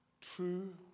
True